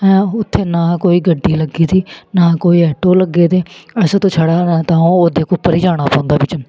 उत्थै ना कोई गड्डी लग्गी दी ना कोई आटो लग्गे दे असें त छड़ा तां ओह्दे उप्पर गै जाना पौंदा बिच्च